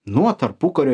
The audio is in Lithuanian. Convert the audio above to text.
nuo tarpukario